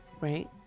Right